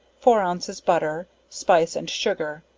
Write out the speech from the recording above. four ounces butter, spice and sugar,